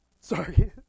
Sorry